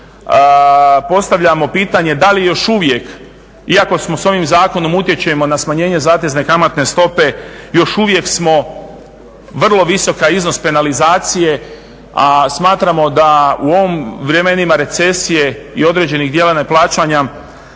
Postavljamo pitanje da li još uvijek, iako s ovim zakonom utječemo na smanjenje zatezne kamatne stope, još uvijek smo vrlo visoka iznos penalizacije, a smatramo da u ovim vremenima recesije i određenih dijela neplaćanja